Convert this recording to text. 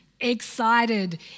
excited